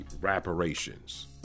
reparations